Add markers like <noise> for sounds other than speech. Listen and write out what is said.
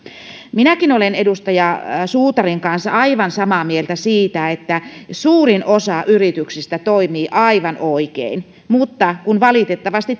minäkin olen edustaja suutarin kanssa aivan samaa mieltä siitä että suurin osa yrityksistä toimii aivan oikein mutta valitettavasti <unintelligible>